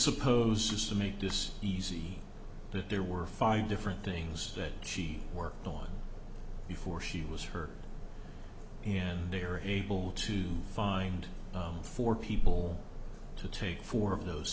suppose is to make this easy that there were five different things that she worked on before she was her and they are able to find four people to take four of those